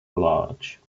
large